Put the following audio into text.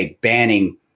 banning